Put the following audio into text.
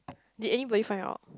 did anybody find out